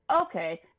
Okay